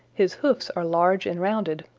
his hoofs are large and rounded,